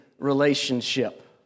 relationship